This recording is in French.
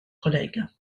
collègue